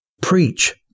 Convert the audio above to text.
Preach